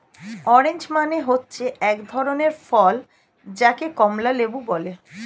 orange মানে হচ্ছে এক ধরনের ফল যাকে কমলা লেবু বলে